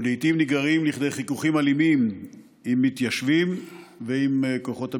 ולעיתים נגררים לכדי חיכוכים אלימים עם מתיישבים ועם כוחות הביטחון.